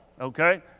Okay